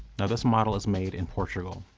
now this model is made in portugal.